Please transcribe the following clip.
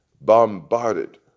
bombarded